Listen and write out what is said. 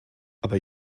aber